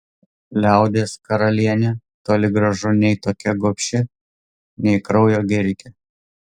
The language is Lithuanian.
liaudies karalienė toli gražu nei tokia gobši nei kraujo gėrike